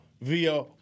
via